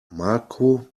marco